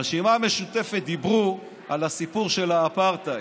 הרשימה המשותפת דיברו על הסיפור של האפרטהייד.